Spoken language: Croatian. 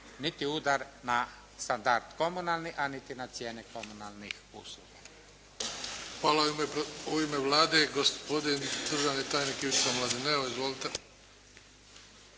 niti udar na standard komunalni a niti na cijene komunalnih usluga.